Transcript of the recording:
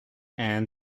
and